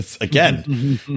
again